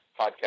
podcast